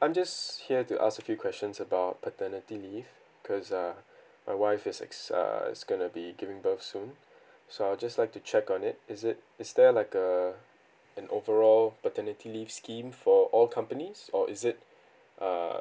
I'm just here to ask a few questions about paternity leave cause uh my wife is ex~ err is going to be giving birth soon so I'll just like to check on it is it is there like a an overall paternity leave scheme for all companies or is it err